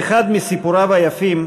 באחד מסיפוריו היפים,